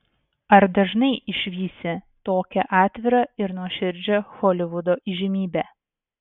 ar dažnai išvysi tokią atvirą ir nuoširdžią holivudo įžymybę